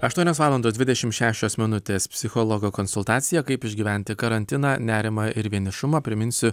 aštuonios valandos dvidešimt šešios minutės psichologo konsultacija kaip išgyventi karantiną nerimą ir vienišumą priminsiu